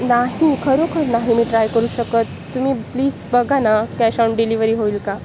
नाही खरोखर नाही मी ट्राय करू शकत तुम्ही प्लीज बघा ना कॅश ऑन डिलिवरी होईल का